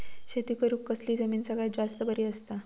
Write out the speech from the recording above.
शेती करुक कसली जमीन सगळ्यात जास्त बरी असता?